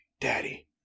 Daddy